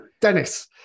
Dennis